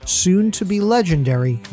soon-to-be-legendary